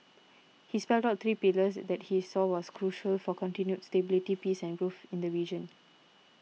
he spelt out three pillars that he saw as crucial for continued stability peace and growth in the region